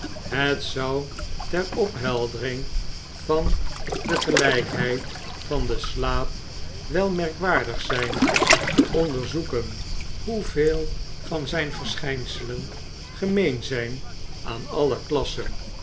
het zou ter opheldering van de gelpheid van den slaap wel merkwaardig zp te onderzoeken hoeveel van zp verschpselen gemeen zgn aan alle klassen